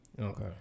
Okay